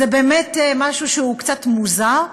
זה באמת משהו שהוא קצת מוזר.